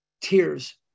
tears